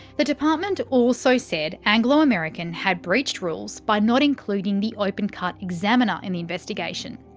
the department also said anglo american had breached rules by not including the open cut examiner in the investigation.